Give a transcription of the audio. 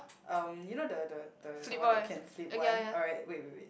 um you know the the the the one that can flip one alright wait wait wait